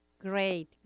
great